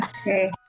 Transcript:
Okay